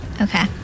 Okay